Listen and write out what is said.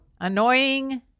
Annoying